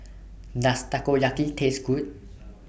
Does Takoyaki Taste Good